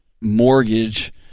mortgage –